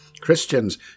Christians